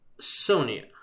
Sony